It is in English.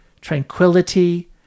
tranquility